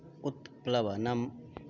उत्प्लवनम्